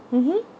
mmhmm